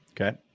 Okay